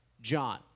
John